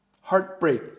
heartbreak